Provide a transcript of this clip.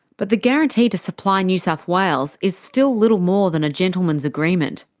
but the guarantee to supply new south wales is still little more than a gentleman's agreement.